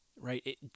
right